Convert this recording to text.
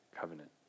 covenant